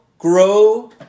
grow